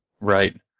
Right